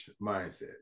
mindset